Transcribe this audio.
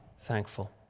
thankful